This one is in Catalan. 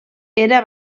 era